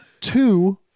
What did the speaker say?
two